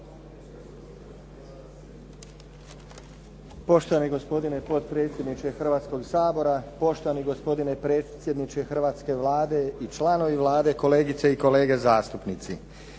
Poštovani gospodine potpredsjedniče Hrvatskog sabora. Poštovani gospodine predsjedniče hrvatske Vlade i članovi Vlade. Kolegice i kolege zastupnici.